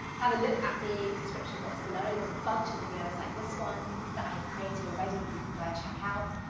have a look at the description box below, there's a bunch of videos like this one that i have created already that you can go and check out.